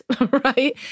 right